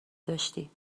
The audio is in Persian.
داشتی